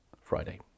Friday